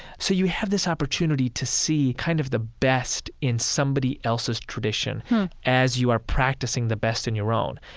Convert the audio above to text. so you have this opportunity to see kind of the best in somebody else's tradition as you are practicing the best in your own.